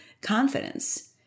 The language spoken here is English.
confidence